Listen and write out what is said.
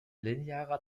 linearer